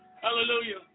Hallelujah